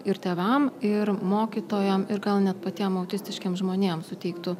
ir tėvam ir mokytojam ir gal net patiem autistiškiem žmonėm suteiktų